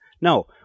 No